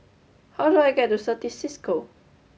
how do I get to Certis Cisco